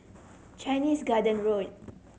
Chinese Garden Road